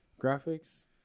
graphics